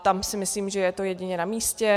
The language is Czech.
Tam si myslím, že je to jedině namístě.